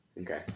Okay